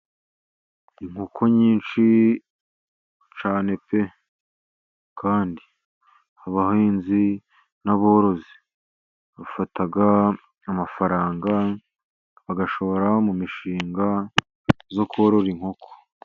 Inkoko nyinshi cyane pe! Kandi abahinzi n'aborozi bafata amafaranga, bagashora mu mishinga yo korora inkoko.